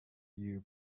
you